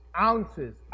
ounces